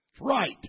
Right